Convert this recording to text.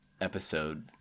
episode